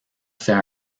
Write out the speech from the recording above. fait